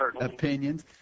opinions